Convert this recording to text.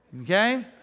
Okay